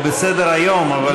הוא בסדר-היום, אבל,